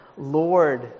Lord